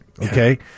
Okay